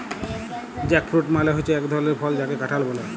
jackfruit মালে হচ্যে এক ধরলের ফল যাকে কাঁঠাল ব্যলে